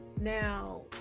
Now